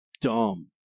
dumb